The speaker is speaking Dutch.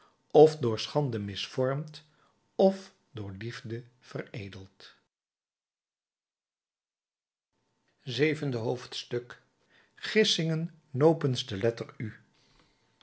f door schande misvormd f door liefde veredeld zevende hoofdstuk gissingen nopens de letter u